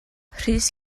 rhys